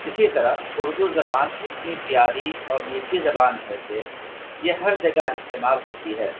اسی طرح اردو زبان اتنی پیاری اور میٹھی زبان ہے کہ یہ ہر جگہ استعمال ہوتی ہے